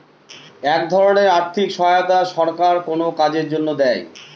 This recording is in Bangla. এক ধরনের আর্থিক সহায়তা সরকার কোনো কাজের জন্য দেয়